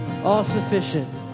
all-sufficient